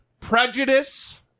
prejudice